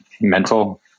mental